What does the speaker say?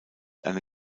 eine